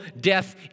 death